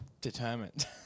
determined